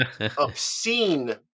obscene